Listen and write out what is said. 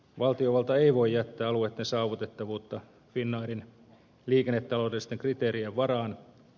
valtiovalta ei voi jättää alueitten saavutettavuutta finnairin liikennetaloudellisten kriteerien varaan